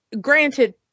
granted